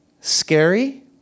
Scary